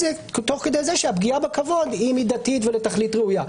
זה תוך כדי זה שהפגיעה בכבוד היא מידתית ולתכלית ראויה.